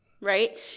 right